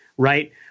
right